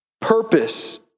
purpose